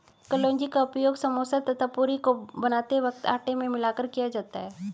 कलौंजी का उपयोग समोसा तथा पूरी को बनाते वक्त आटे में मिलाकर किया जाता है